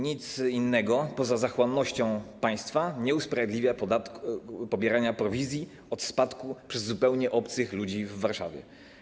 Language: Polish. Nic innego poza zachłannością państwa nie usprawiedliwia pobierania prowizji od spadku przez zupełnie obcych ludzi w Warszawie.